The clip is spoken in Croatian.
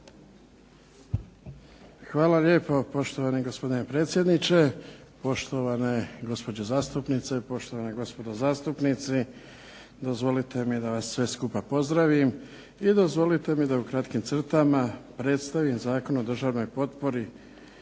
Hvala lijepo poštovani gospodine predsjedniče, poštovane gospođe zastupnice, poštovana gospodo zastupnici. Dozvolite mi da vas sve skupa pozdravim. I dozvolite mi da u kratkim crtama predstavim Zakon o državnoj potpori